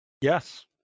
Yes